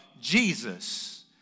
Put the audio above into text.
Jesus